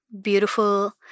beautiful